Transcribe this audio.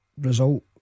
result